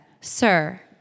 Sir